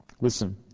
Listen